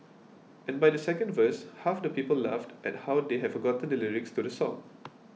and by the second verse half the people laughed at how they have forgotten the lyrics to the song